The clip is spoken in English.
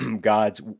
God's